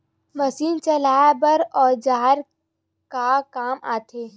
Machine चलाए बर औजार का काम आथे?